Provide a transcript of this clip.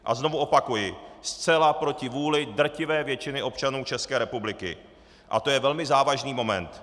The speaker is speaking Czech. A znovu opakuji, zcela proti vůli drtivé většiny občanů České republiky a to je velmi závažný moment.